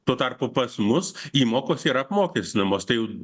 tuo tarpu pas mus įmokos yra apmokestinamos ta jau